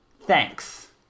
Thanks